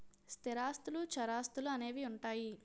స్థిరాస్తులు చరాస్తులు అని ఉంటాయి